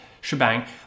shebang